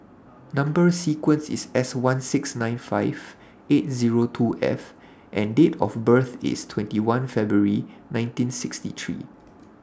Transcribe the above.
Number sequence IS S one six nine five eight Zero two F and Date of birth IS twenty one February nineteen sixty three